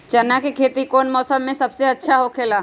चाना के खेती कौन मौसम में सबसे अच्छा होखेला?